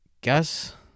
guess